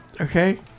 Okay